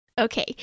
Okay